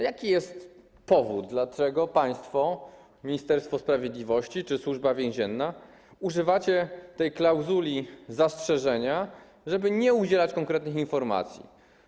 Jaki jest powód, w przypadku którego państwo, Ministerstwo Sprawiedliwości czy Służba Więzienna, używacie tej klauzuli zastrzeżenia, żeby nie udzielać konkretnych informacji?